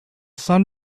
sun